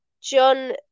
John